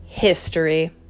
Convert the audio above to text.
History